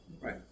Right